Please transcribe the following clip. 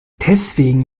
deswegen